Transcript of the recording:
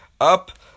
up